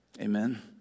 Amen